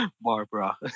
barbara